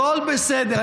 הכול בסדר,